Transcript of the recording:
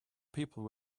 people